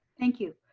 thank you.